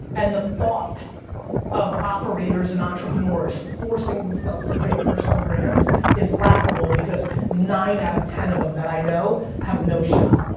and the thought of operators and entrepreneurs forcing themselves to create personal brands is laughable, because nine out of ten of em that i know have no shot.